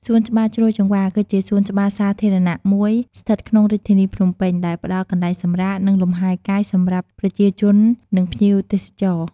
សួនច្បារជ្រោយចង្វារ គឺជាសួនច្បារសាធារណៈមួយស្ថិតក្នុងរាជធានីភ្នំពេញ ដែលផ្តល់កន្លែងសម្រាក និងលំហែកាយសម្រាប់ប្រ ជាជននិងភ្ញៀវទេសចរ។